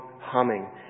humming